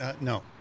No